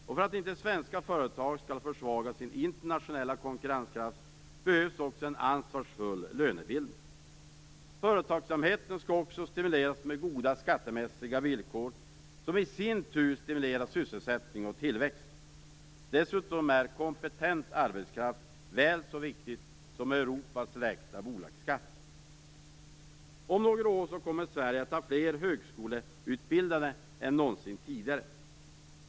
Och för att inte svenska företag skall försvaga sin internationella konkurrenskraft behövs en ansvarsfull lönebildning. Företagsamheten skall också stimuleras med goda skattemässiga villkor, som i sin tur stimulerar sysselsättning och tillväxt. Dessutom är kompetent arbetskraft väl så viktigt som Europas lägsta bolagsskatt. Om några år kommer Sverige att ha fler högskoleutbildade än någonsin tidigare.